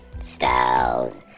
styles